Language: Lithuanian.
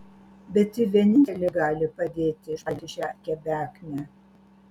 bet ji vienintelė gali padėti išpainioti šią kebeknę